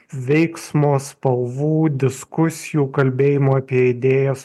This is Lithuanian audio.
veiksmo spalvų diskusijų kalbėjimo apie idėjas